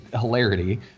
hilarity